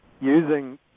using